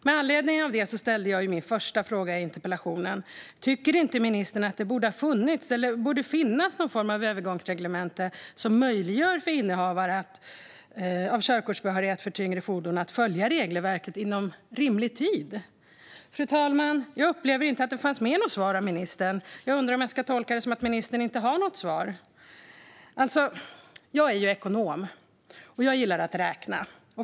Med anledning av detta ställde jag min första fråga i interpellationen: Tycker inte ministern att det borde ha funnits och borde finnas någon form av övergångsreglemente som möjliggör för innehavare av körkortsbehörighet för tyngre fordon att följa regelverket inom rimlig tid? Fru talman! Jag upplever inte att detta fanns med i något svar från ministern. Jag undrar om jag ska tolka det som att ministern inte har något svar. Jag är ekonom, och jag gillar att räkna.